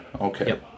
Okay